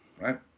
right